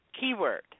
keyword